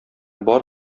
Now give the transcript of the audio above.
бар